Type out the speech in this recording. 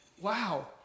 Wow